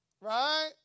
Right